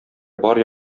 бар